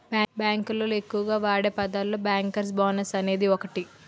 bank లోళ్ళు ఎక్కువగా వాడే పదాలలో బ్యేంకర్స్ బోనస్ అనేది ఒకటి